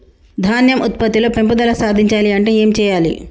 ధాన్యం ఉత్పత్తి లో పెంపుదల సాధించాలి అంటే ఏం చెయ్యాలి?